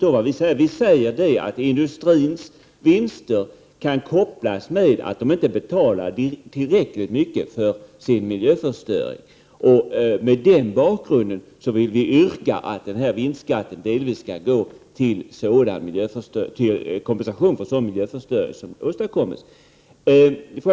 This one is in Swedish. Vad vi säger är ju att industrins vinster kan kopplas till att företagen inte betalar tillräckligt mycket när det gäller den miljöförstöring som åstadkoms. Mot den bakgrunden yrkar vi att vinstskatten delvis skall utgöra en kompensation, eftersom miljöförstöringen kostar en hel del.